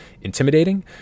intimidating